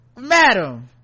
madam